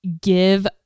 give